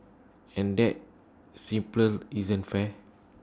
and that simply isn't fair